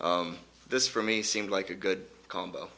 this for me seemed like a good combo